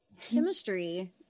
chemistry